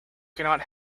cannot